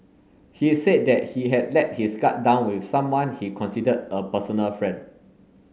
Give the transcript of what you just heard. he said that he had let his guard down with someone he considered a personal friend